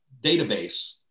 database